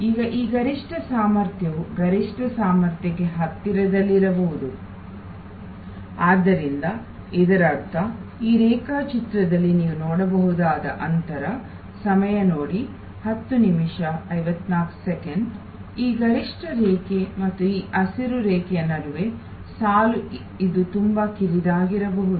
ಈಗ ಆ ಗರಿಷ್ಠ ಸಾಮರ್ಥ್ಯವು ಗರಿಷ್ಠ ಸಾಮರ್ಥ್ಯಕ್ಕೆ ಹತ್ತಿರದಲ್ಲಿರಬಹುದು ಆದ್ದರಿಂದ ಇದರರ್ಥ ಈ ರೇಖಾಚಿತ್ರದಲ್ಲಿ ನೀವು ನೋಡಬಹುದಾದ ಅಂತರ ಈ ಗರಿಷ್ಠ ರೇಖೆ ಮತ್ತು ಈ ಹಸಿರು ರೇಖೆಯ ನಡುವೆ ಸಾಲು ಇದು ತುಂಬಾ ಕಿರಿದಾಗಿರಬಹುದು